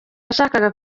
yashakaga